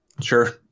sure